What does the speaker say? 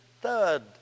third